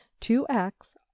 2x